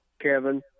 Kevin